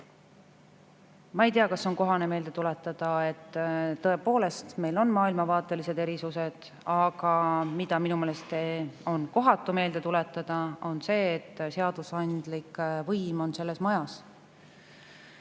Ma ei tea, kas on kohane meelde tuletada, et tõepoolest meil on maailmavaatelised erisused, aga mida minu meelest on kohatu meelde tuletada, on see, et seadusandlik võim on selles majas. Mida